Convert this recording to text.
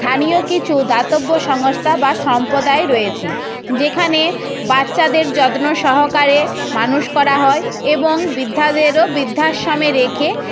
স্থানীয় কিছু দাতব্য সংস্থা বা সম্প্রদায় রয়েছে যেখানে বাচ্চাদের যত্ন সহকারে মানুষ করা হয় এবং বৃদ্ধদেরও বৃদ্ধাশ্রমে রেখে